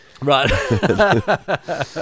Right